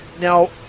Now